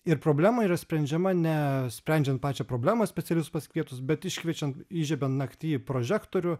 ir problema yra sprendžiama ne sprendžiant pačią problemą specialius pasikvietus bet iškviečiant įžiebiant nakty prožektorių